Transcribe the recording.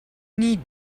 need